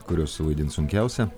kuriuos suvaidint sunkiausia